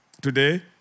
today